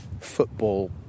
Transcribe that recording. football